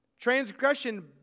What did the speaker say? Transgression